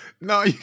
no